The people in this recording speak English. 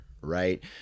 right